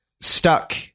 stuck